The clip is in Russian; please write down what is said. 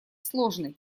сложной